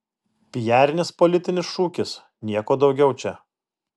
pijarinis politinis šūkis nieko daugiau čia